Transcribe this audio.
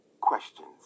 questions